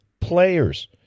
players